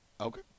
Okay